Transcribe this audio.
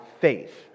faith